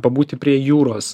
pabūti prie jūros